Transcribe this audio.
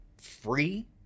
free